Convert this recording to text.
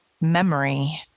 memory